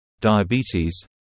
diabetes